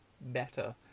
better